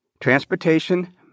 transportation